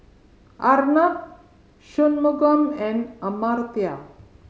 Arnab Shunmugam and Amartya